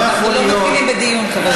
לא מתחילים בדיון, חברים.